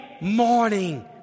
morning